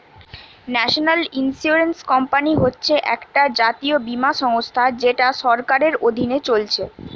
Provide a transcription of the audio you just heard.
national insurance company হচ্ছে একটা জাতীয় বীমা সংস্থা যেটা সরকারের অধীনে চলছে